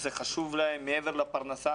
זה חשוב להם מעבר לפרנסה.